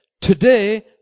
today